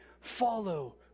follow